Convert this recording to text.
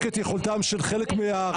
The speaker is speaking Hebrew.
את יכולתם של חלק מהחברים להיות פה בכנסת.